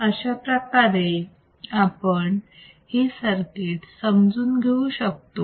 अशाप्रकारे आपण ही सर्किट समजून घेऊ शकतो